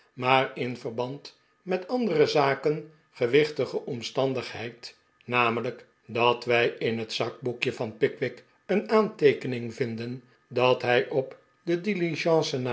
maar in verband met andere zaken gewichtige omstandig heid namelijk dat wij in het zakboekje van pickwick een aanteekening vinden dat hij op de